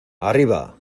arriba